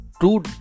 two